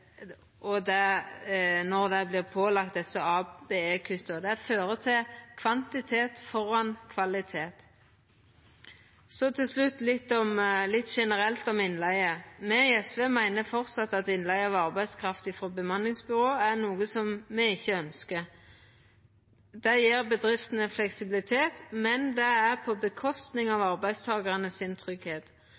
fører til kvantitet framfor kvalitet. Så til slutt litt generelt om innleige: Me i SV meiner framleis at innleige av arbeidskraft frå bemanningsbyrå er noko som me ikkje ønskjer. Det gjev bedriftene fleksibilitet, men det er på kostnad av arbeidstakarane sin